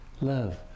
love